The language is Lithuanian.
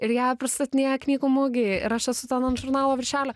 ir ją pristatinėja knygų mugėj ir aš esu ten ant žurnalo viršelio